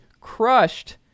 crushed